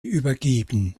übergeben